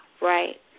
Right